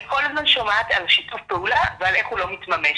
אני כל הזמן שומעת על שיתוף פעולה ועל איך הוא לא מתממש,